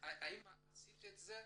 האם עשית את זה?